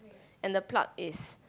and the pluck is